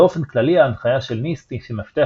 באופן כללי ההנחיה של NIST היא שמפתח